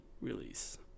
release